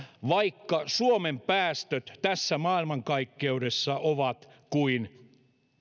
vaikka suomen päästöt tässä maailmankaikkeudessa ovat kuin